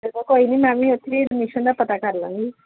ਚਲੋ ਕੋਈ ਨਹੀਂ ਮੈਂ ਵੀ ਇੱਥੇ ਹੀ ਅਡਮਿਸ਼ਨ ਦਾ ਪਤਾ ਕਰ ਲਾਂਗੀ